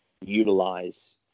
utilize